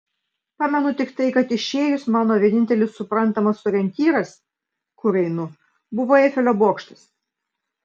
pamenu tik tai kad išėjus mano vienintelis suprantamas orientyras kur einu buvo eifelio bokštas